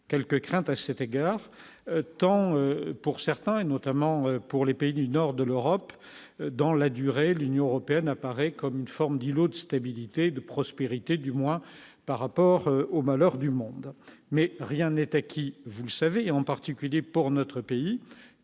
quelques craintes à cet égard, tant pour certains et notamment pour les pays du nord de l'Europe dans la durée, l'Union européenne apparaît comme une forme d'îlot de stabilité et de prospérité, du moins par rapport au malheur du monde, mais rien n'est acquis, vous le savez, en particulier pour notre pays